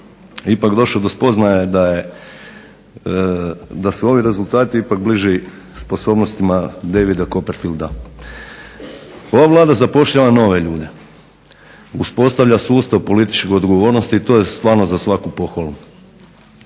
ipak došao do spoznaje da su ovi rezultati ipak bliži sposobnostima Davida Copperfielda. Ova Vlada zapošljava nove ljude, uspostavlja sustav političke odgovornosti i to je za svaku pohvalu.